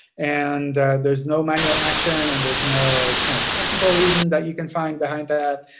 and there's no manual action and there's no kind of technical reason that you can find behind that,